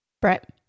Brett